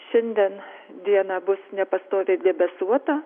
šiandien dieną bus nepastoviai debesuota